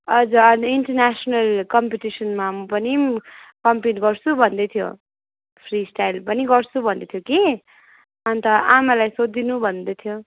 हजुर अनि इन्टरनेसनल कम्पिटिसनमा पनि कम्पिट गर्छु भन्दैथ्यो फ्री स्टाइल पनि गर्छु भन्दैथ्यो कि अन्त आमालाई सोधिदिनु भन्दैथ्यो